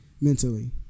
mentally